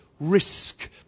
risk